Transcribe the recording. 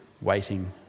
waiting